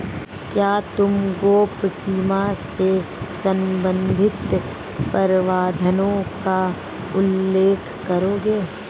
क्या तुम गैप सीमा से संबंधित प्रावधानों का उल्लेख करोगे?